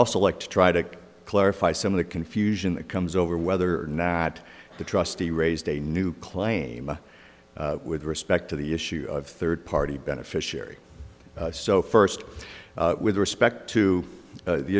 also like to try to clarify some of the confusion that comes over whether or not the trustee raised a new claim with respect to the issue of third party beneficiary so first with respect to the